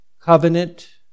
covenant